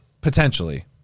Potentially